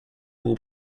will